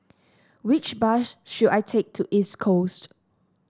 which bus should I take to East Coast